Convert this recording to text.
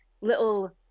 little